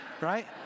right